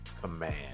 Command